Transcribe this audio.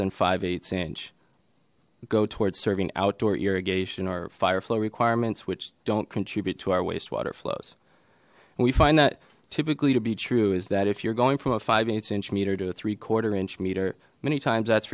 than five eighths inch go towards serving outdoor irrigation or fire flow requirements which don't contribute to our wastewater flows we find that typically to be true is that if you're going from a inch meter to a inch meter many times that's